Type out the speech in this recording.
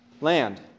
Land